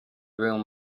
room